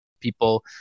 people